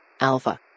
Alpha